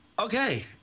Okay